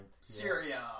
Syria